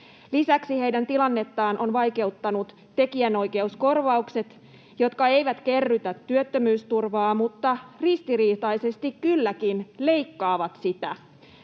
Lisäksi heidän tilannettaan on vaikeuttanut tekijänoikeuskorvaukset, jotka eivät kerrytä työttömyysturvaa, mutta ristiriitaisesti kylläkin leikkaavat sitä.